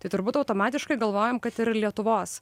tai turbūt automatiškai galvojam kad ir lietuvos